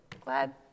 Glad